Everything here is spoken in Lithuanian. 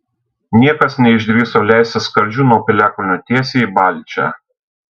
niekas neišdrįso leistis skardžiu nuo piliakalnio tiesiai į balčią